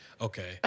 Okay